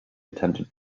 attended